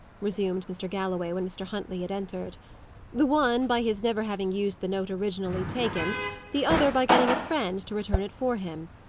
resumed mr. galloway, when mr. huntley had entered the one, by his never having used the note originally taken the other, by getting a friend to return it for him.